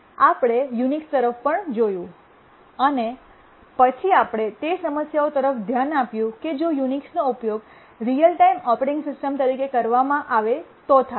આપણે યુનિક્સ તરફ પણ જોયું અને પછી આપણે તે સમસ્યાઓ તરફ ધ્યાન આપ્યું કે જો યુનિક્સનો ઉપયોગ રીઅલ ટાઇમ ઓપરેટિંગ સિસ્ટમ તરીકે કરવામાં આવે તો થાય છે